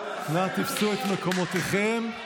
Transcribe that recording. נא תפסו את מקומותיכם.